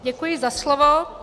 Děkuji za slovo.